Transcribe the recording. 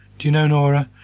do you know, nora,